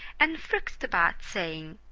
and frisked about saying,